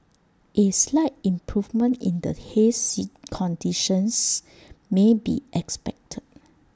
A slight improvement in the haze conditions may be expected